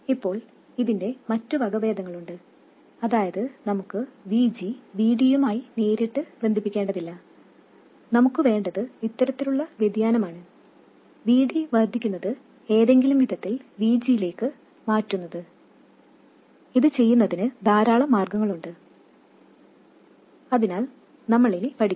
ഇപ്പോൾ ഇതിന്റെ മറ്റ് വകഭേദങ്ങളുണ്ട് അതായത് നമുക്ക് VG VD യുമായി നേരിട്ട് ബന്ധിപ്പിക്കേണ്ടതില്ല നമുക്ക് വേണ്ടത് ഇത്തരത്തിലുള്ള വ്യതിയാനമാണ് VD വർദ്ധിക്കുന്നത് ഏതെങ്കിലും വിധത്തിൽ VG യിലേക്ക് മാറ്റുന്നത് ഇത് ചെയ്യുന്നതിന് ധാരാളം മാർഗങ്ങളുണ്ട് അതിനാൽ നമ്മൾ ഇനി പഠിക്കും